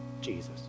Jesus